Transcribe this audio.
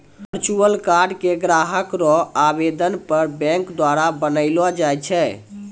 virtual card के ग्राहक रो आवेदन पर बैंक द्वारा बनैलो जाय छै